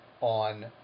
on